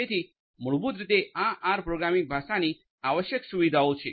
તેથી મૂળભૂત રીતે આ આર પ્રોગ્રામિંગ ભાષાની આવશ્યક સુવિધાઓ છે